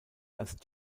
als